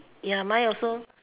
ya mine also